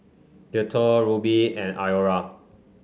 Dettol Rubi and Iora